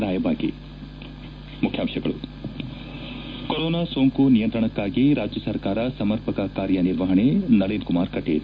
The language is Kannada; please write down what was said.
ರಾಜ್ಯದಲ್ಲಿ ಕೋರೋನಾ ಸೋಂಕು ನಿಯಂತ್ರಣಕ್ಷಾಗಿ ರಾಜ್ಯ ಸರ್ಕಾರ ಸಮರ್ಪಕ ಕಾರ್ಯನಿರ್ವಹಣೆ ನಳಿನ್ ಕುಮಾರ್ ಕಟೀಲ್